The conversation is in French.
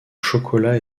chocolat